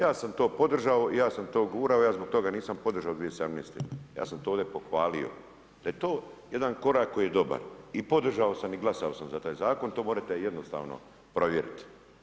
Ja sam to podržao, ja sam to gurao, ja zbog toga nisam podržao 2017., ja sam to ovdje pohvalio, da je to jedan korak koji je dobar i podržao sam i glasao sam za taj zakon, to možete jednostavno provjeriti.